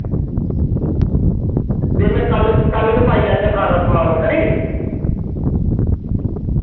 ते में कल कल गै पाई लैगा सारा समान खरी